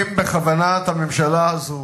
אם בכוונת הממשלה הזאת